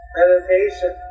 meditation